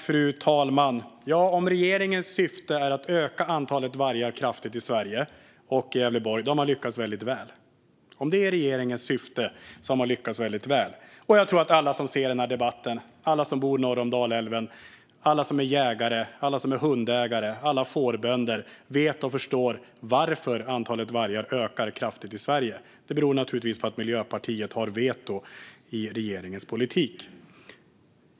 Fru talman! Ja, om regeringens syfte är att öka antalet vargar kraftigt i Sverige och Gävleborg har man lyckats väldigt väl. Om det är regeringens syfte har man lyckats väldigt väl. Jag tror att alla som ser den här debatten, alla som bor norr om Dalälven, alla som är jägare, alla som är hundägare och alla som är fårbönder vet och förstår varför antalet vargar ökar kraftigt i Sverige. Det beror naturligtvis på att Miljöpartiet har veto i regeringens politik.